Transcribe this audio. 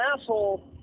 asshole